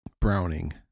Browning